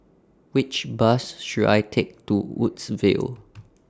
Which Bus should I Take to Woodsville